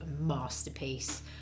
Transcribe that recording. masterpiece